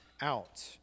out